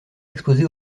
exposé